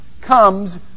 comes